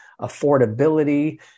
affordability